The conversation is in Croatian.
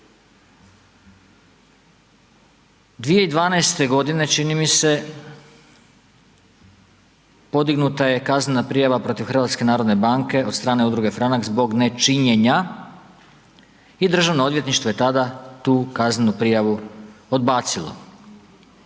2012.-te godine, čini mi se, podignuta je kaznena prijava protiv Hrvatske narodne banke od strane Udruge Franak zbog nečinjenja, i Državno odvjetništvo je tada tu kaznenu prijavu odbacilo.